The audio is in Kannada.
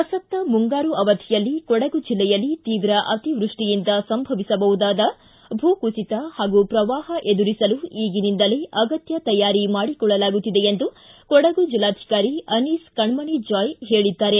ಪ್ರಸಕ್ತ ಮುಂಗಾರು ಅವಧಿಯಲ್ಲಿ ಕೊಡಗು ಜಿಲ್ಲೆಯಲ್ಲಿ ತೀವ್ರ ಅತಿವೃಷ್ಟಿಯಿಂದ ಸಂಭವಿಸಬಹುದಾದ ಭೂಕುಸಿತ ಹಾಗೂ ಪ್ರವಾಹ ಎದುರಿಸಲು ಈಗಿನಿಂದಲೇ ಅಗತ್ಯ ತಯಾರಿ ಮಾಡಿಕೊಳ್ಳಲಾಗುತ್ತಿದೆ ಎಂದು ಕೊಡಗು ಜಿಲ್ಲಾಧಿಕಾರಿ ಅನೀಸ್ ಕಣ್ಣಣಿ ಜಾಯ್ ಹೇಳಿದ್ದಾರೆ